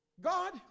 God